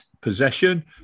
possession